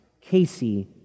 Casey